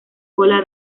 ola